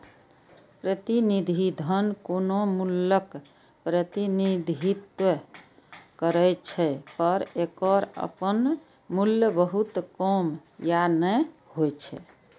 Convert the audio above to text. प्रतिनिधि धन कोनो मूल्यक प्रतिनिधित्व करै छै, पर एकर अपन मूल्य बहुत कम या नै होइ छै